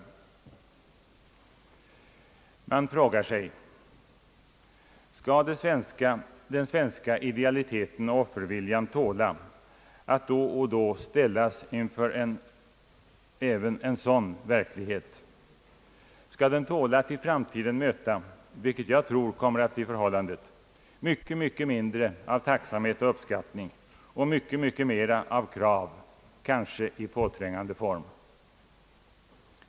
Man frågar sig: Skall den svenska idealiteten och offerviljan tåla att då och då ställas inför även en sådan verklighet? Skall den tåla att i framtiden möta vilket jag tror kommer att bli förhållandet — mycket mindre av tacksamhet och uppskattning och mycket mera av krav, kanske i påträngande form?